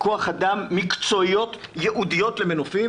כוח אדם מקצועיות ייעודיות למנופים